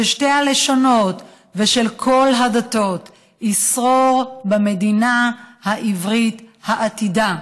של שתי הלשונות ושל כל הדתות ישרור במדינה העברית העתידה".